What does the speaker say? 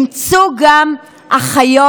הם אימצו גם אחיות,